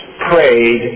prayed